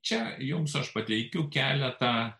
čia jums aš pateikiu keletą